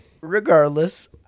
Regardless